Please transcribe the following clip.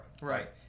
Right